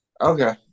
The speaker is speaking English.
Okay